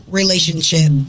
relationship